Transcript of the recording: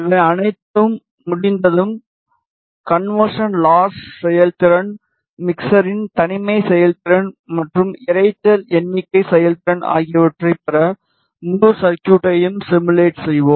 இவை அனைத்தும் முடிந்ததும் கன்வெர்சன் லாஸ் செயல்திறன் மிக்சரின் தனிமை செயல்திறன் மற்றும் இரைச்சல் எண்ணிக்கை செயல்திறன் ஆகியவற்றைப் பெற முழு சர்குய்ட்களையும் சிமுலேட் செய்வோம்